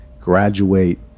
graduate